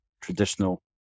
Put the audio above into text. traditional